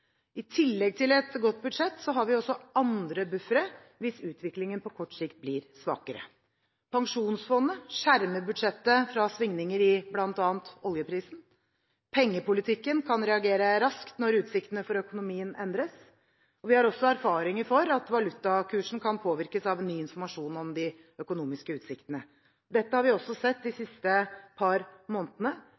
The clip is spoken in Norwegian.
I tillegg til et godt budsjett har vi andre buffere hvis utviklingen på kort sikt blir svakere. Pensjonsfondet skjermer budsjettet fra svingninger i bl.a. oljeprisen. Pengepolitikken kan reagere raskt når utsiktene for økonomien endres. Vi har også erfaring for at valutakursen kan påvirkes av ny informasjon om de økonomiske utsiktene. Dette har vi også sett de siste par månedene,